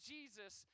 Jesus